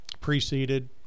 preceded